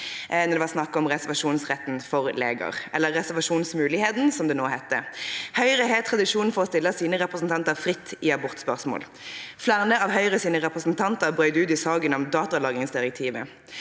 da det var snakk om reservasjonsretten for leger – eller reservasjonsmuligheten, som det nå heter. Høyre har tradisjon for å stille sine representanter fritt i abortspørsmål. Flere av Høyres representanter brøt ut i saken om datalagringsdirektivet.